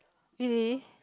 really